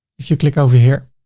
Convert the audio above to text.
if you click over here.